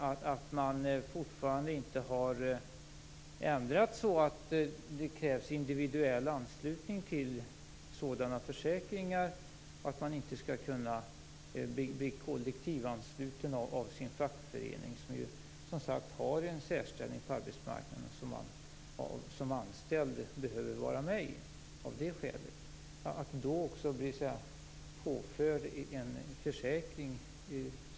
Man har fortfarande inte ändrat reglerna så att det krävs individuell anslutning till sådana försäkringar och så att man inte skall kunna bli kollektivansluten av sin fackförening. Den har som sagt en särställning på arbetsmarknaden, och man behöver som anställd vara med i den av det skälet. Det är värt en kommentar från socialdemokraterna.